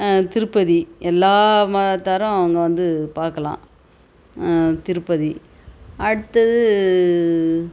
திருப்பதி எல்லா மதத்தாரும் அங்கே வந்து பார்க்கலாம் திருப்பதி அடுத்தது